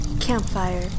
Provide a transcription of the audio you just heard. Campfire